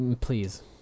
Please